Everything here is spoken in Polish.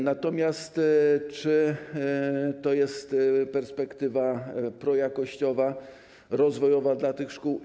Natomiast czy to jest perspektywa projakościowa, rozwojowa dla tych szkół?